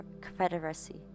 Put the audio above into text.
Confederacy